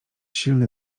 silny